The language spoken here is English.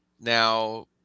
now